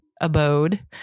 abode